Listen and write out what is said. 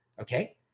okay